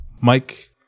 Mike